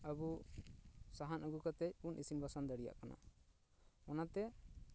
ᱟᱵᱚ ᱥᱟᱦᱟᱱ ᱟᱹᱜᱩ ᱠᱟᱛᱮ ᱵᱚ ᱤᱥᱤᱱ ᱵᱟᱥᱟᱝ ᱫᱟᱲᱮᱭᱟᱜ ᱠᱟᱱᱟ ᱚᱱᱟ ᱛᱮ